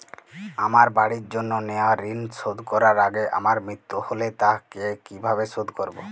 আমার বাড়ির জন্য নেওয়া ঋণ শোধ করার আগে আমার মৃত্যু হলে তা কে কিভাবে শোধ করবে?